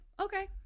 Okay